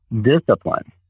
discipline